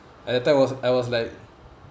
at that time was I was like